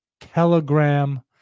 telegram